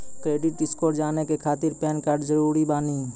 Credit score जाने के खातिर पैन कार्ड जरूरी बानी?